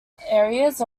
areas